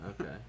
Okay